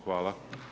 Hvala.